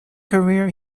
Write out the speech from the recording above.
career